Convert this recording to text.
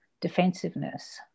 defensiveness